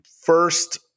first